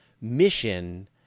mission